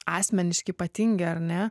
asmeniški ypatingi ar ne